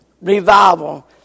revival